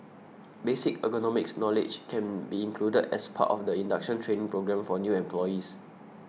basic ergonomics knowledge can be included as part of the induction training programme for new employees